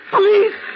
Police